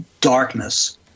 darkness